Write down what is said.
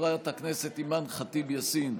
חברת הכנסת אימאן ח'טיב יאסין,